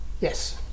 Yes